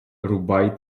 рубай